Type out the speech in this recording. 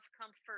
comfort